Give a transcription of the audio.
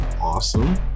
awesome